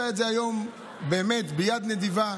באמת ביד נדיבה.